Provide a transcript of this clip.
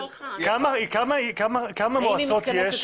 כמה מועצות יש עם